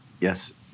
yes